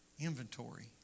inventory